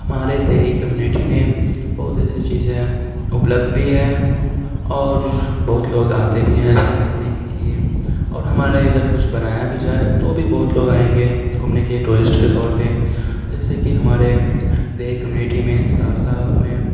ہمارے دیہی کمیونٹی میں بہت ایسی چیزیں اپلبدھ بھی ہیں اور بہت لوگ آتے بھی ہیں اسے گھومنے کے لئیں اور ہمارے ادھر کچھ بنایا بھی جائے تو بھی بہت لوگ آئیں گے گھومنے کے ٹورسٹ کے طور پہ جیسے کہ ہمارے دیہی کمیونٹی میں سہرسہ میں